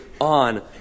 on